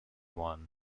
won